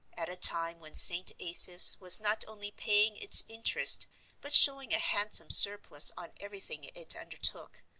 at a time when st. asaph's was not only paying its interest but showing a handsome surplus on everything it undertook,